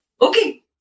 Okay